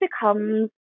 becomes